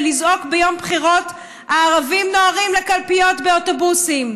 ולזעוק ביום בחירות: הערבים נוהרים לקלפיות באוטובוסים.